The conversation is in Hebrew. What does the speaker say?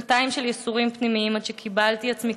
שנתיים של ייסורים פנימיים עד שקיבלתי עצמי